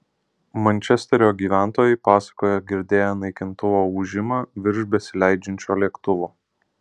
mančesterio gyventojai pasakoja girdėję naikintuvo ūžimą virš besileidžiančio lėktuvo